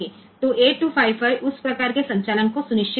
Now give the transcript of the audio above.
તો 8255 તે પ્રકારની કામગીરીની ખાતરી કરશે